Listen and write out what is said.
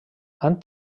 han